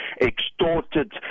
extorted